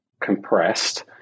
compressed